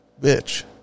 bitch